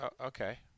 Okay